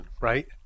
right